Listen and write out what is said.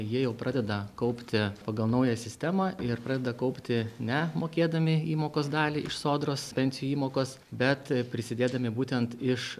jie jau pradeda kaupti pagal naują sistemą ir pradeda kaupti ne mokėdami įmokos dalį iš sodros pensijų įmokos bet prisidėdami būtent iš